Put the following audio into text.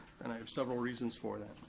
and i have several reasons for that.